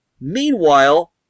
Meanwhile